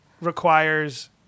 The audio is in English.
requires